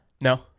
No